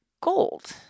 gold